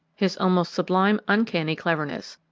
his almost sublime uncanny cleverness.